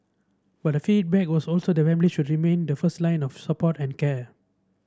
but the feedback was also that the family should remain the first line of support and care